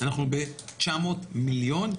אנחנו ב-900 מיליון,